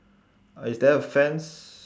uh is there a fence